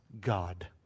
God